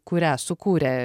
kurią sukūrė